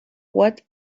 what